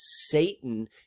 Satan